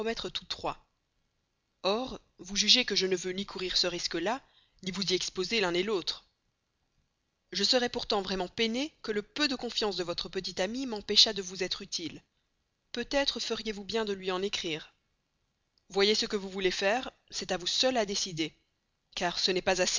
tous trois or vous jugez que je ne veux ni courir ce risque là ni vous y exposer l'un l'autre je serais pourtant vraiment peiné que le peu de confiance de votre petite amie m'empêchât de vous être utile peut-être feriez-vous bien de lui en écrire voyez ce que vous voulez faire c'est à vous seul à décider car ce n'est pas